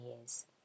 years